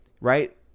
right